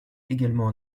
également